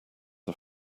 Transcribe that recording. are